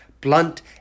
blunt